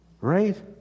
right